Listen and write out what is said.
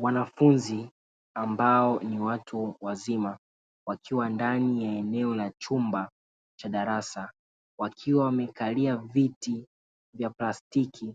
Wanafunzi ambao ni watu wazima wakiwa ndani ya eneo la chumba cha darasa wakiwa wamekalia viti vya plastiki,